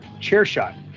CHAIRSHOT